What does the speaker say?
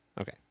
Okay